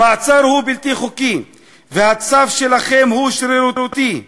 המעצר הוא בלתי חוקי, והצו שלכם הוא שרירותי.